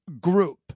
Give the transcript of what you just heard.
group